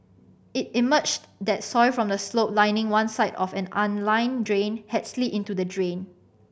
it emerged that soil from the slope lining one side of an unlined drain had slid into the drain